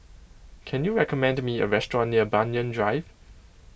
can you recommend me a restaurant near Banyan Drive